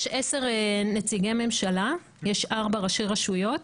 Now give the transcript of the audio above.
יש עשרה נציגי ממשלה, ארבעה ראשי רשויות,